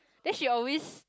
then she always